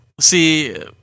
See